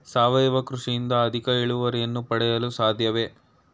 ಸಾವಯವ ಕೃಷಿಯಿಂದ ಅಧಿಕ ಇಳುವರಿಯನ್ನು ಪಡೆಯಲು ಸಾಧ್ಯವೇ?